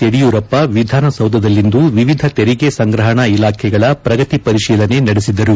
ಯಡಿಯೂರಪ್ಪ ವಿಧಾನ ಸೌಧದಲ್ಲಿಂದು ವಿವಿಧ ತೆರಿಗೆ ಸಂಗ್ರಪಣಾ ಇಲಾಖೆಗಳ ಪ್ರಗತಿ ಪರಿತೀಲನೆ ನಡೆಸಿದರು